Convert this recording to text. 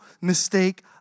mistake